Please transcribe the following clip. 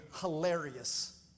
hilarious